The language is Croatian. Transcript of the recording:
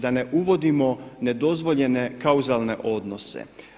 Da ne uvodimo nedozvoljene kauzalne odnose.